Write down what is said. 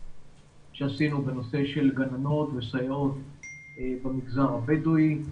שעשינו בנושא של גננות וסייעות במגזר הבדואי,